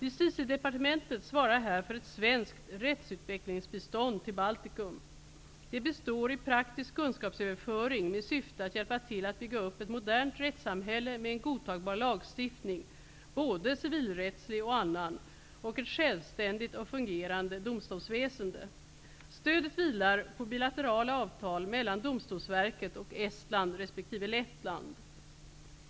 Justitiedepartementet svarar här för ett svenskt rättsutvecklingsbistånd till Baltikum. Det består i praktisk kunskapsöverföring med syfte att hjälpa till att bygga upp ett modernt rättssamhälle med en godtagbar lagstiftning -- både civilrättslig och annan -- och ett självständigt och fungerande domstolsväsende. Stödet vilar på bilaterala avtal mellan Domstolsverket och Estland resp. Lettland.